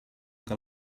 que